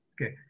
Okay